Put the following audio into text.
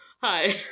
hi